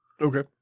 Okay